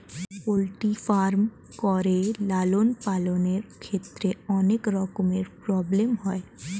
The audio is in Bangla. পোল্ট্রি ফার্ম করে লালন পালনের ক্ষেত্রে অনেক রকমের প্রব্লেম হয়